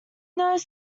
knows